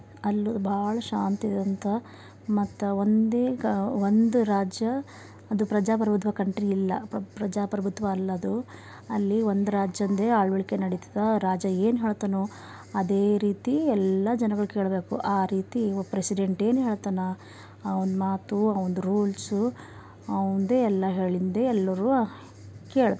ಅಲ್ಲೂ ಭಾಳ ಶಾಂತಿ ಇದಿದಂತ ಮತ್ತು ಒಂದೇ ಗ ಒಂದು ರಾಜ್ಯ ಅದು ಪ್ರಜಾಪ್ರಭುತ್ವ ಕಂಟ್ರಿ ಇಲ್ಲ ಪ್ರಜಾಪ್ರಭುತ್ವ ಅಲ್ಲದು ಅಲ್ಲಿ ಒಂದು ರಾಜಂದೆ ಆಳ್ವಲ್ಕೆ ನಡಿತದೆ ರಾಜ ಏನು ಹೇಳ್ತಾನೋ ಅದೇ ರೀತಿ ಎಲ್ಲ ಜನಗಳು ಕೇಳಬೇಕು ಆ ರೀತಿ ಪ್ರೆಸಿಡೆಂಟ್ ಏನು ಹೇಳ್ತಾನೆ ಅವ್ನ ಮಾತು ಅವ್ನ್ದು ರೂಲ್ಸು ಅವನದೇ ಎಲ್ಲ ಹೇಳಿಂದೆ ಎಲ್ಲರೂ ಕೇಳ್ತಾರ